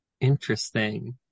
Interesting